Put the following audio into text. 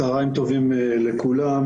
צהריים טובים לכולם.